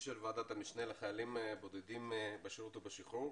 זה הדיון השישי של ועדת המשנה לחיילים בודדים בשירות ובשחרור,